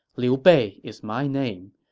liu bei is my name.